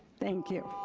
thank you.